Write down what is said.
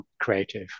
creative